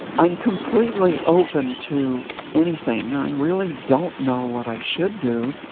i'm completely open to anything. and i really don't know what i should do,